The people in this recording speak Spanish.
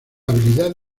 habilidad